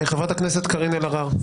חברת הכנסת קארין אלהרר.